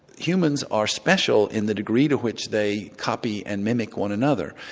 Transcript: humans are special in the degree to which they copy and mimic one another.